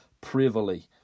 privily